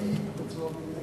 פואטי בצורה בלתי רגילה.